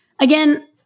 again